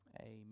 Amen